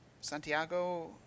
Santiago